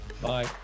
bye